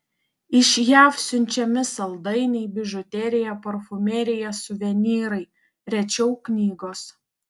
iš jav siunčiami saldainiai bižuterija parfumerija suvenyrai rečiau knygos